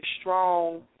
strong